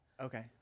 Okay